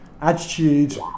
Attitude